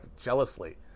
jealously